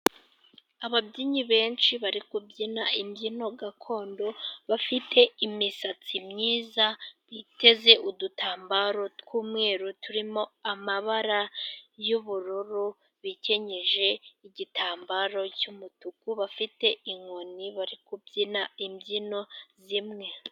Ababyinnyi benshi bari kubyina， imbyino gakondo， bafite imisatsi myiza， biteze udutambaro tw'umweru， turimo amabara y’ubururu， bikenyeje igitambaro cy'mutuku， bafite inkoni， bari kubyina imbyino zimwe.